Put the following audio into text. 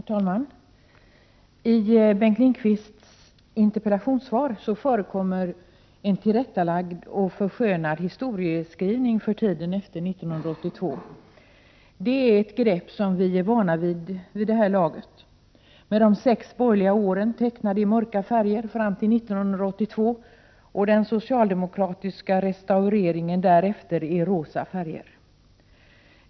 Herr talman! I Bengt Lindqvists interpellationssvar förekommer en tillrättalagd och förskönad historieskrivning för tiden efter år 1982. Det är ett grepp som vi vid det här laget är vana vid. De sex borgerliga åren fram till 1982 tecknas i mörka färger och den socialdemokratiska restaureringen därefter i rosa färger.